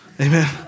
amen